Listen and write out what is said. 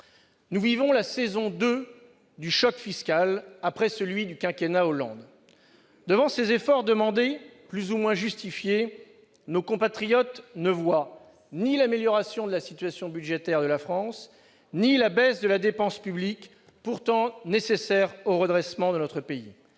Nous vivons la saison 2 du choc fiscal, après celui du quinquennat Hollande. Malgré les efforts demandés, plus ou moins justifiés, nos compatriotes ne voient ni l'amélioration de la situation budgétaire de la France, ni la baisse de la dépense publique pourtant nécessaire au redressement de notre pays.